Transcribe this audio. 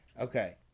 okay